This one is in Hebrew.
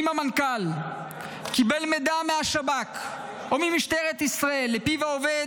אם המנכ"ל קיבל מידע מהשב"כ או ממשטרת ישראל ולפיו העובד